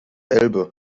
elbe